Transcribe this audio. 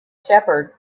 shepherd